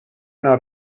not